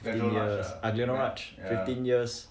fifteen years I don't know much fifteen years